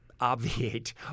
Obviate